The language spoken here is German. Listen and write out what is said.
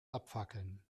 abfackeln